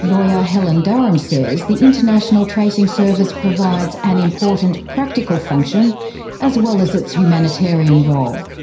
lawyer helen durham says the international tracing service provides an important practical function as well as its humanitarian role.